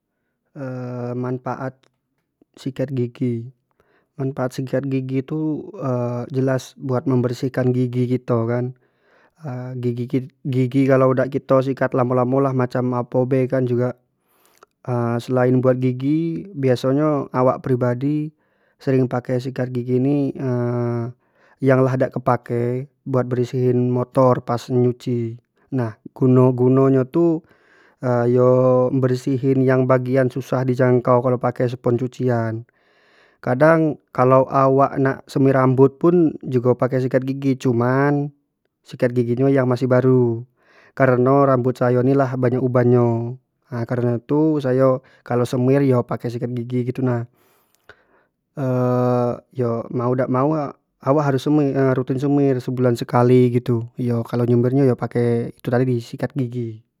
manfaat sikat gigi, manfaat sikat gigi tu jelas buat membersihkan gigi kito kan, gig-gigi kalau dak kito sikat lamo-lamo kan lah macam apo be kan juga selain buat gigi baiso nyo awak prinadi erring pake siakt gigi ni yang lah dak tepake buat bersihin motor pas nyuci, nah guno-guno nyo tu yo bersihin yang bagian susah di jangkau kalau pakai spon cucian, kadang kalau awk nak semir pun jugo pakai sikat gigi cuman sikat gigi nyo yang masih baru kareno rambut sayo ni lah banyak uban nyo, lah kareno rambut nah itu sayo kalu semir yo pakai sikat gigi itu nah yo mau dak mau awk yo harus rutin semir sekali gitu, kalu nyemir nyo iyo pakai sikat gigi.